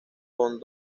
von